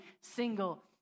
single